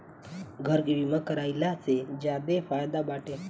घर के बीमा कराइला से ज्यादे फायदा बाटे